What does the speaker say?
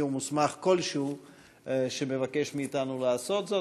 או מוסמך כלשהו שמבקש מאתנו לעשות זאת,